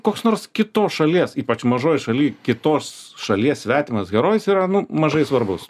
koks nors kitos šalies ypač mažoj šaly kitos šalies svetimas herojus yra nu mažai svarbus